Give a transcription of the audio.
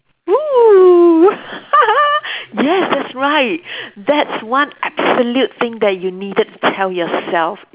!woo! yes that's right that's one absolute thing that you needed to tell yourself